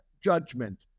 judgment